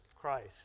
Christ